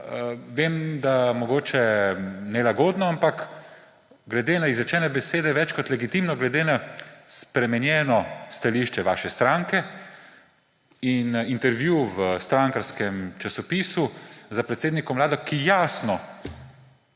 vem, da mogoče nelagodno, ampak, glede na izrečene besede večkrat legitimno, glede na spremenjeno stališče vaše stranke in intervju v strankarskem časopisu s predsednikom Vlade, ki jasno